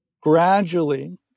Gradually